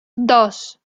dos